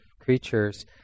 creatures